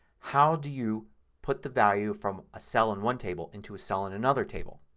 how do you put the value from a cell in one table into a cell in another table.